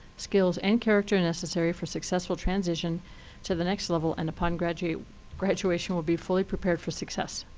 skills, and character necessary for successful transition to the next level and upon graduation graduation will be fully prepared for success?